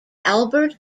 albert